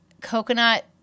coconut